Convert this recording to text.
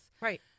Right